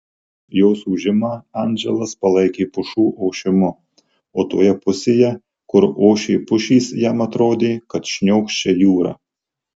jos ūžimą andželas palaikė pušų ošimu o toje pusėje kur ošė pušys jam atrodė kad šniokščia jūra